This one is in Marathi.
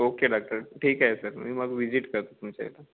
ओके डॉक्टर ठीक आहे सर मी मग विजिट करतो तुमच्या इथं